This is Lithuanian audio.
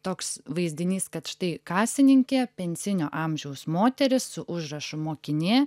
toks vaizdinys kad štai kasininkė pensinio amžiaus moteris su užrašu mokinė